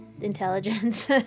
intelligence